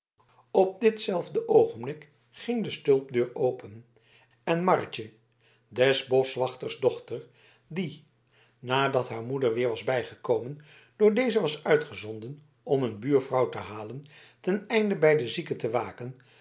op ditzelfde oogenblik ging de stulpdeur open en marretje des boschwachters dochter die nadat haar moeder weer was bijgekomen door deze was uitgezonden om een buurvrouw te halen ten einde bij de zieke te waken